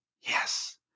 yes